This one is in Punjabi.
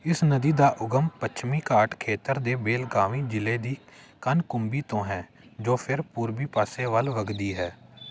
ਇਸ ਨਦੀ ਦਾ ਉਗਮ ਪੱਛਮੀ ਘਾਟ ਖੇਤਰ ਦੇ ਬੇਲਗਾਵੀ ਜ਼ਿਲ੍ਹੇ ਦੀ ਕਨਕੁੰਬੀ ਤੋਂ ਹੈ ਜੋ ਫਿਰ ਪੂਰਬੀ ਪਾਸੇ ਵੱਲ ਵਗਦੀ ਹੈ